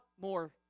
more